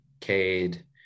Cade